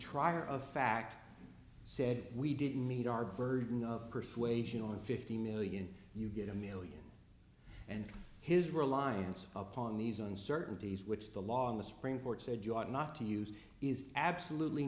trier of fact said we didn't need our burden of persuasion on fifty million you get a million and his reliance upon these uncertainties which the law in the supreme court said you ought not to use is absolutely